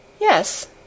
Yes